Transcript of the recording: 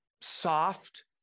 soft